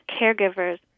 caregiver's